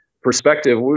perspective